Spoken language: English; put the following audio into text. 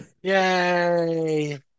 yay